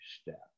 step